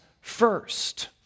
first